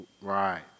right